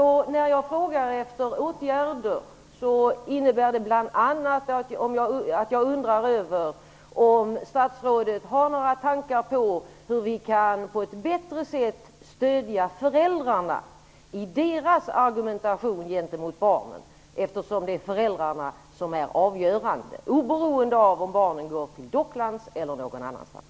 När jag frågar efter åtgärder innebär det bl.a. att jag undrar över om statsrådet har några tankar om hur vi på ett bättre sätt kan stödja föräldrarna i deras argumentation gentemot barnen, eftersom det är föräldrarna som är avgörande, oberoende av om barnen går till Docklands eller någon annanstans.